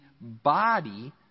body